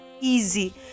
easy